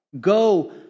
Go